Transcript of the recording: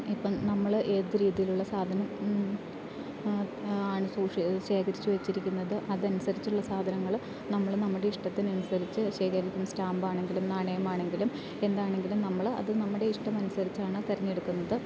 ഇപ്പം നമ്മൾ ഏത് രീതിയിലുള്ള സാധനം ആണ് സൂക്ഷിക്കുക ശേഖരിച്ച് വെച്ചിരിക്കുന്നത് അതനുസരിച്ചുള്ള സാധനങ്ങൾ നമ്മൾ നമ്മുടെ ഇഷ്ടത്തിരിച്ച് ശേഖരിക്കും സ്റ്റാമ്പാണ് എങ്കിലും നാണയം ആണെങ്കിലും എന്താണെങ്കിലും നമ്മൾ അത് നമ്മുടെ ഇഷ്ടം അനുസരിച്ചാണ് തെരഞ്ഞെടുക്കുന്നത്